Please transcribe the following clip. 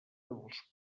dels